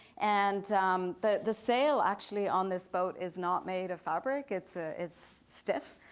and um the the sail actually on this boat is not made of fabric, it's ah it's stiff.